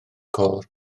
côr